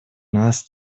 нас